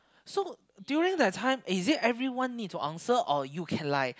so during that time is it everyone need to answer or you can like